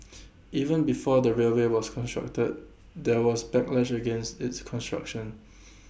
even before the railway was constructed there was backlash against its construction